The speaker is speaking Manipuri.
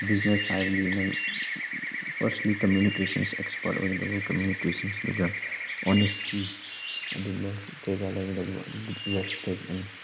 ꯕꯤꯖꯤꯅꯦꯁ ꯍꯥꯏꯕꯗꯤ ꯅꯪ ꯐꯥꯔꯁꯂꯤ ꯀꯝꯃꯨꯅꯤꯀꯦꯁꯟꯁꯤ ꯑꯦꯛꯁꯄꯥꯔꯠ ꯑꯣꯏꯒꯗꯕ ꯀꯝꯃꯨꯅꯤꯀꯦꯁꯟꯁ ꯑꯗꯨꯒ ꯑꯣꯅꯦꯁꯇꯤ ꯑꯗꯨꯝꯕ ꯀꯩꯀꯥ ꯂꯩꯒꯗꯕ ꯔꯦꯖꯄꯦꯛ ꯑꯦꯟ